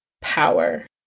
power